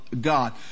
God